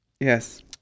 yes